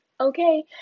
okay